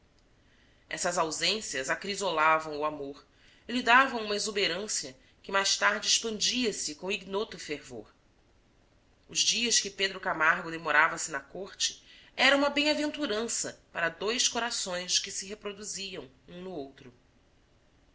essas ausências acrisolavam o amor e lhe davam uma exuberância que mais tarde expandia-se com ignoto fervor os dias que pedro camargo demorava-se na corte era uma bem aven turança para dois corações que se reproduziam um no outro